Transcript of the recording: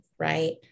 Right